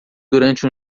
durante